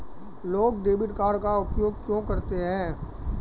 लोग debit card का उपयोग क्यों करते हैं?